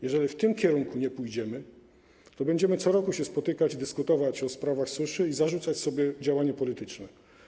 Jeżeli w tym kierunku nie pójdziemy, to będziemy co roku się spotykać, dyskutować o sprawach suszy i zarzucać sobie działanie polityczne.